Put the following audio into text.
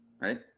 Right